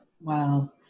Wow